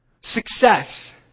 Success